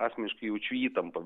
asmeniškai jaučiu įtampą